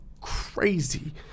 crazy